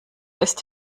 ist